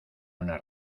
una